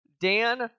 Dan